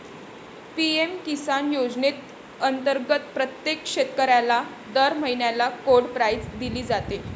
PM Kisan योजनेअंतर्गत प्रत्येक शेतकऱ्याला दर महिन्याला कोड प्राईज दिली जाते